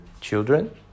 children